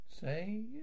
say